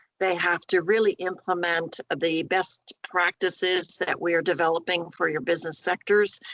they have to really implement the best practices that we are developing for your business sectors.